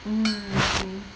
mmhmm